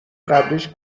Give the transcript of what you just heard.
قبلیش